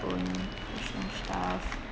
own personal stuff